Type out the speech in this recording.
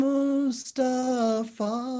Mustafa